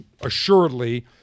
assuredly